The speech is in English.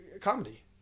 comedy